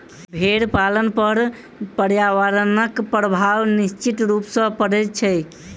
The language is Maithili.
भेंड़ पालन पर पर्यावरणक प्रभाव निश्चित रूप सॅ पड़ैत छै